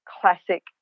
Classic